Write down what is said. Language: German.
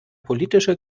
politische